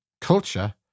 culture